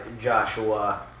Joshua